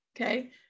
okay